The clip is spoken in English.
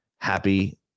happy